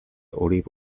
olive